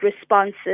responses